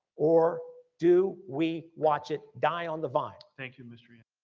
or do we watch it die on the vine. thank you mr. yeah